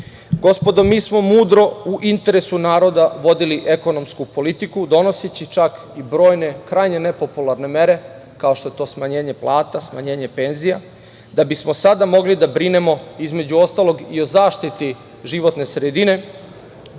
gospodo mi smo mudro u interesu naroda vodili ekonomsku politiku donoseći čak brojne krajne nepopularne mere, kao što to smanjenje plata, smanjenje penzija, da bi smo sada mogli da brinemo između ostalog i o zaštiti životne sredine